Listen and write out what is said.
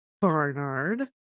Barnard